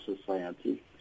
society